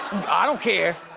i don't care,